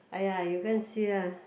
!aiya! you go and see ah